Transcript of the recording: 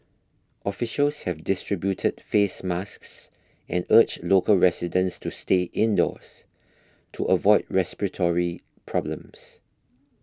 officials have distributed face masks and urged local residents to stay indoors to avoid respiratory problems